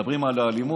מדברים על האלימות.